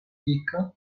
dika